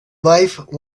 life